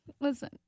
Listen